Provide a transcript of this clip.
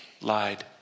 lied